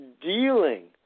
dealing